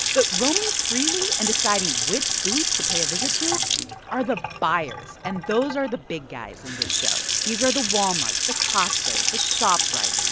but roaming freely and deciding which booth to pay a visit to are the buyers. and those are the big guys in this show. these are the walmarts, the costcos, the shoprites.